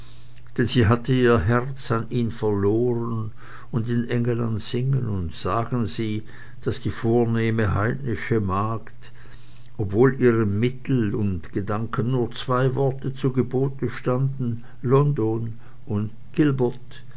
denn sie hatte ihr herz an ihn verloren und in engelland singen und sagen sie daß die vornehme heidnische magd obwohl ihrem willen und gedanken nur zwei worte zu gebote standen london und